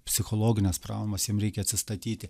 psichologines traumas jiem reikia atsistatyti